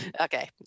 Okay